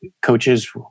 Coaches